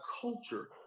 culture